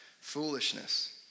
foolishness